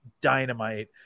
dynamite